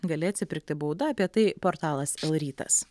gali atsipirkti bauda apie tai portalas elrytas